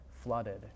flooded